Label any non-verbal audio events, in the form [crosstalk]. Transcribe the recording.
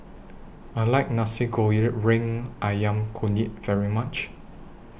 I like Nasi [unintelligible] Ayam Kunyit very much